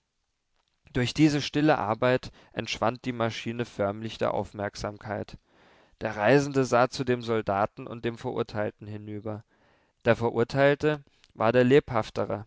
durch diese stille arbeit entschwand die maschine förmlich der aufmerksamkeit der reisende sah zu dem soldaten und dem verurteilten hinüber der verurteilte war der